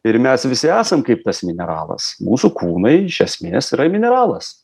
ir mes visi esam kaip tas mineralas mūsų kūnai iš esmės yra mineralas